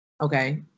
okay